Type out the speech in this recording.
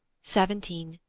seventeen.